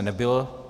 Nebylo.